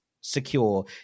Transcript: secure